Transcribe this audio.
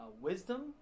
wisdom